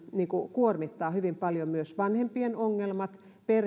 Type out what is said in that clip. kuormittavat hyvin paljon myös vanhempien ongelmat